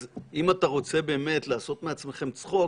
אז אם אתה רוצה באמת לעשות מעצמכם צחוק,